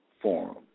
forum